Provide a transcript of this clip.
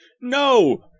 No